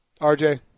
RJ